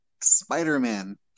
Spider-Man